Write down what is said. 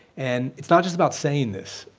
and it's not just about saying this,